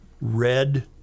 red